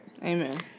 Amen